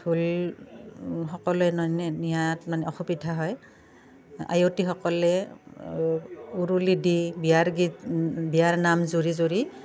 ঢোল সকলোৱে নানে নিয়াত মানে অসুবিধা হয় আয়তীসকলে উৰুলি দি বিয়াৰ গীত বিয়াৰ নাম জুৰি জুৰি